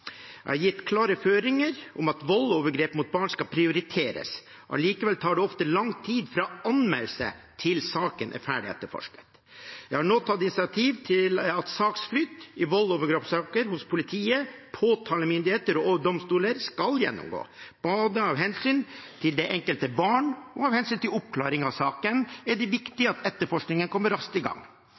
Jeg har gitt klare føringer om at arbeidet mot vold og overgrep mot barn skal prioriteres. Allikevel tar det ofte lang tid fra anmeldelse til saken er ferdig etterforsket. Jeg har nå tatt initiativ til at saksflyt i volds- og overgrepssaker hos politi, påtalemyndigheter og domstoler skal gjennomgås. Både av hensyn til det enkelte barn og av hensyn til oppklaring av saken er det viktig at etterforskningen kommer raskt i gang.